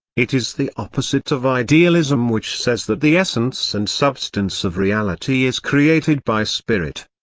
it is the opposite of idealism which says that the essence and substance of reality is created by spirit.